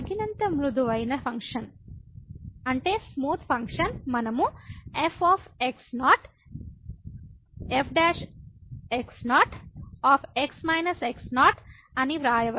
తగినంత మృదువైన ఫంక్షన్ మనం f f అని వ్రాయవచ్చు